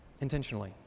intentionally